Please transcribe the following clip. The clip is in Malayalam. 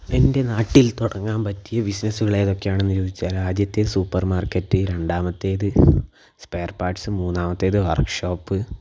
എൻ്റെ നാട്ടിൽ തുടങ്ങാൻ പറ്റിയ ബിസിനസ്സുകൾ ഏതൊക്കെയാണെന്ന് ചോദിച്ചാൽ ആദ്യത്തെ സൂപ്പർ മാർക്കറ്റ് രണ്ടാമത്തേത് സ്പെയർ പാർട്സ് മൂന്നാമത്തേത് വർക്ക് ഷോപ്പ്